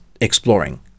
exploring